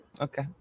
Okay